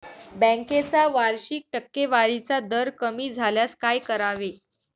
बँकेचा वार्षिक टक्केवारीचा दर कमी झाल्यास काय करावे?